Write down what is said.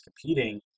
competing